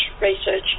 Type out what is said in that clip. research